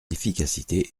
efficacité